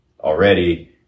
already